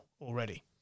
already